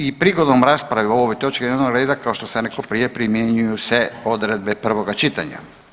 I prigodom rasprave o ovoj točki dnevnog reda kao što sam rekao prije primjenjuju se odredbe prvoga čitanja.